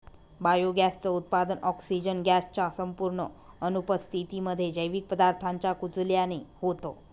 biogas च उत्पादन, oxygen gas च्या संपूर्ण अनुपस्थितीमध्ये, जैविक पदार्थांच्या कुजल्याने होतं